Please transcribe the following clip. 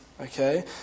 Okay